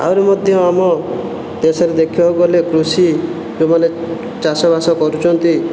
ଆହୁରି ମଧ୍ୟ ଆମ ଦେଶରେ ଦେଖିବାକୁ ଗଲେ କୃଷି ଯେଉଁମାନେ ଚାଷବାସ କରୁଛନ୍ତି